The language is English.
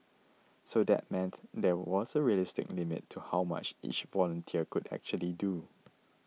so that meant there was a realistic limit to how much each volunteer could actually do